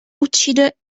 uccide